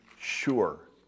sure